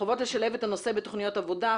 חובה לשלב את הנושא בתוכניות עבודה,